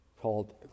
called